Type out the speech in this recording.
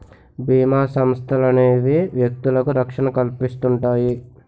బీమా సంస్థలనేవి వ్యక్తులకు రక్షణ కల్పిస్తుంటాయి